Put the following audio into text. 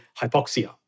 hypoxia